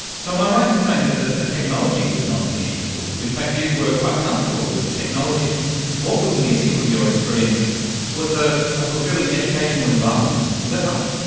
so am i right in saying that the the technology was not an issue for you? in fact you were quite comfortable with the technology. what was missing from your experience was ah a fulfilling educational environment, is that right?